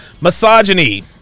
misogyny